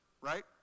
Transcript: right